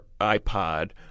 iPod